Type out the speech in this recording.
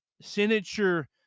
signature